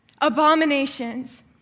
abominations